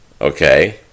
okay